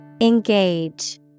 engage